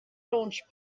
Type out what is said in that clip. launch